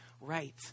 right